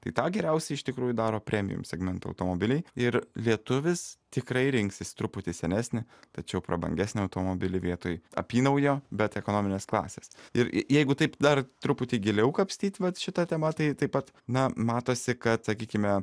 tai tą geriausiai iš tikrųjų daro premijum segmento automobiliai ir lietuvis tikrai rinksis truputį senesnį tačiau prabangesnį automobilį vietoj apynaujo bet ekonominės klasės ir jeigu taip dar truputį giliau kapstyt vat šita tema tai taip pat na matosi kad sakykime